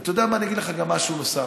אתה יודע מה, אני אגיד לך גם משהו נוסף: